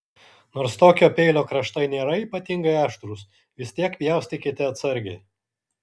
nors tokio peilio kraštai nėra ypatingai aštrūs vis tiek pjaustykite atsargiai